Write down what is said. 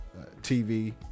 TV